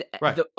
right